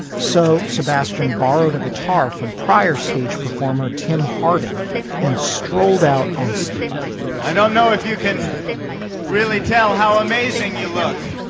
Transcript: so sebastian borrowed a guitar from prior stage performer tim hardin and strolled out onstage. i don't know if you can really tell how amazing you look